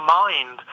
mind